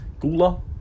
Gula